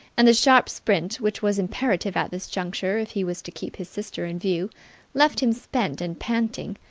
and the sharp sprint which was imperative at this juncture if he was to keep his sister in view left him spent and panting.